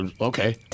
Okay